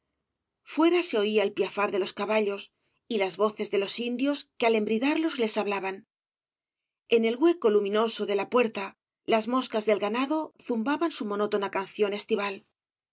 fuera se oía el piafar de los caballos y las voces de los indios que al embridarlos les hablaban en el hueco luminoso de la puerta las moscas del ganado zumbaban su monótona canción estival la